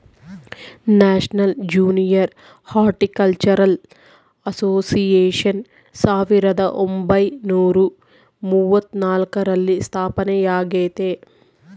national junior horticultural association ಸಾವಿರದ ಒಂಬೈನುರ ಮೂವತ್ನಾಲ್ಕರಲ್ಲಿ ಸ್ಥಾಪನೆಯಾಗೆತೆ